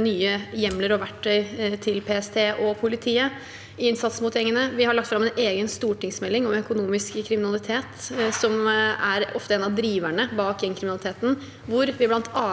nye hjemler og verktøy til PSTs og politiets innsats mot gjengene. Vi har lagt fram en egen stortingsmelding om økonomisk kriminalitet, som ofte er en av driverne bak gjengkriminaliteten, hvor vi bl.a.